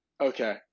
Okay